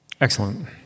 Excellent